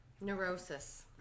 Neurosis